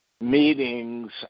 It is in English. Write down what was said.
meetings